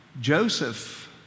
Joseph